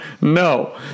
No